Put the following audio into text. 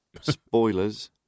spoilers